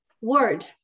word